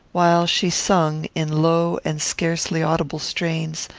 while she sung, in low and scarcely-audible strains,